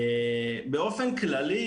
באופן כללי